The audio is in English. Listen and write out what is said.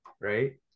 right